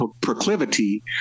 proclivity